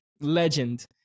legend